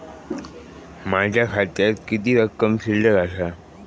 माझ्या खात्यात किती रक्कम शिल्लक आसा?